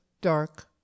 dark